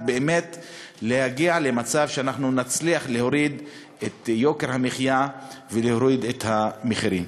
באמת למצב שנצליח להוריד את יוקר המחיה ולהוריד את המחירים.